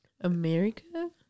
America